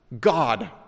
God